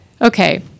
okay